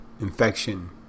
infection